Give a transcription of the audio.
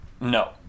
No